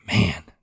Man